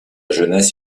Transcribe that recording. jeunesse